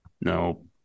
no